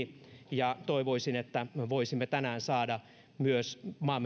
ja toivoisin että me voisimme tänään saada myös maamme hallitukselta tähän